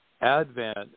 advent